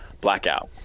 Blackout